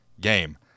game